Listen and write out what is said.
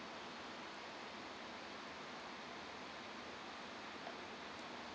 okay can